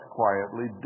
quietly